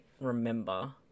remember